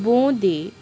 বোঁদে